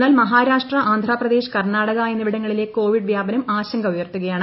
എന്നാൽ മഹാരാഷ്ട്ര ആന്ധ്രപ്രദേശ് കർണാടക എന്നിവിടങ്ങളിലെ കോവിഡ് വ്യാപനം ആശങ്ക ഉയർത്തുകയാണ്